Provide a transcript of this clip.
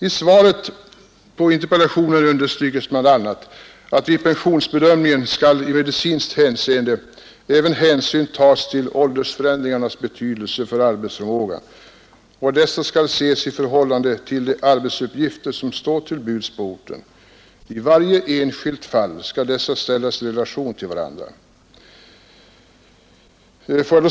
I svaret på interpellationen understryks bl.a., att vid pensionsbedömningen skall i medicinskt hänseende även tas: hänsyn till åldersförändringarnas betydelse för arbetsförmågan och att dessa skall ses i förhållande till de arbetsuppgifter som står till buds på orten. I varje enskilt fall skall detta ställas i relation till vartannat.